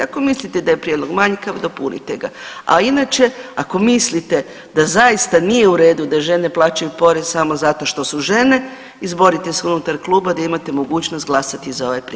Ako mislite da je prijedlog manjkav dopunite ga, a inače ako mislite da zaista nije u redu da žene plaćaju porez samo zato što su žene izborite se unutar kluba da imate mogućnost glasati za ovaj prijedlog.